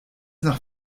nach